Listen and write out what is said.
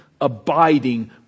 abiding